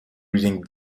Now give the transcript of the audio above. reading